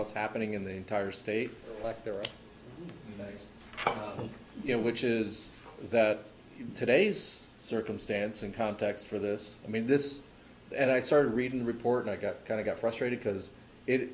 what's happening in the entire state like there are things you know which is that today's circumstance and context for this i mean this and i started reading the report i got kind of got frustrated because it